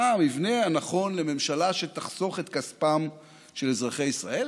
מה המבנה הנכון לממשלה שתחסוך את כספם של אזרחי ישראל,